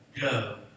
go